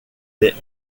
des